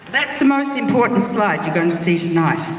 that's the most important slide you're going to see tonight.